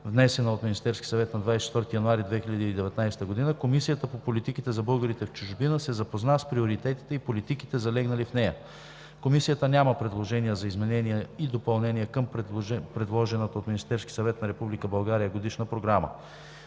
внесена от Министерския съвет на 24 януари 2019 г., Комисията по политиките за българите в чужбина се запозна с приоритетите и политиките, залегнали в нея. Комисията няма предложения за изменения и допълнения към предложената от Министерския съвет на Република България